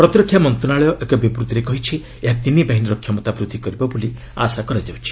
ପ୍ରତିରକ୍ଷା ମନ୍ତ୍ରଣାଳୟ ଏକ ବିବୃତ୍ତିରେ କହିଛି ଏହା ତିନି ବାହିନୀର କ୍ଷମତା ବୃଦ୍ଧି କରିବ ବୋଲି ଆଶା କରାଯାଉଛି